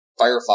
Firefox